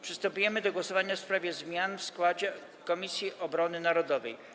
Przystępujemy do głosowania w sprawie zmiany w składzie Komisji Obrony Narodowej.